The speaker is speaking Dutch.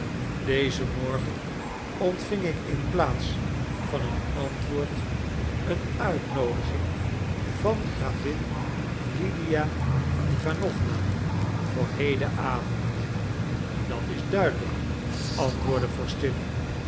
dezen morgen ontving ik in plaats van een antwoord eene uitnoodiging van gravin lydia iwanowna voor heden avond dat is duidelijk antwoordde